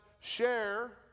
share